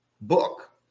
book